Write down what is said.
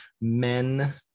men